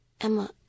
Emma